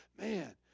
man